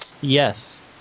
Yes